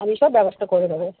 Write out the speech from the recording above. আমি সব ব্যবস্থা করে দেব